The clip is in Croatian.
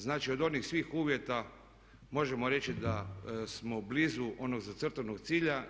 Znači od onih svih uvjeta možemo reći da smo blizu onog zacrtanog cilja.